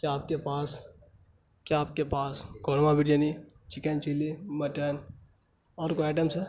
کیا آپ کے پاس کیا آپ کے پاس korma biryani chicken chilli mutton اور کوئی آئٹمس ہے